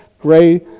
Gray